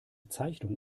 zeichnung